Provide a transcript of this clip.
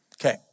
Okay